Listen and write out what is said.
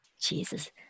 Jesus